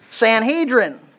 Sanhedrin